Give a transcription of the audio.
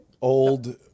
old